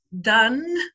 done